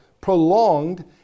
prolonged